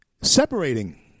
separating